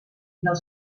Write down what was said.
del